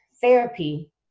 therapy